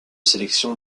sélection